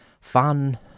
fun